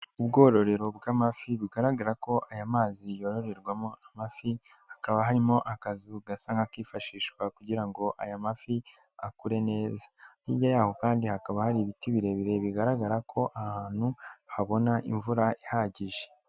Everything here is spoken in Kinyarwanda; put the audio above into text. Ubwororero bw'amafi bugaragara ko aya mazi yororerwamo amafi, hakaba harimo akazu gasa nk'akifashishwa kugira ngo aya mafi akure neza, hirya y'aho kandi hakaba hari ibiti birebire, bigaragara ko aha hantu habona imvura ihagije.